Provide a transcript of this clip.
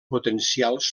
potencials